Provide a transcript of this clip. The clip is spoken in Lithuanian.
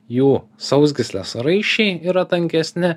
jų sausgyslės raiščiai yra tankesni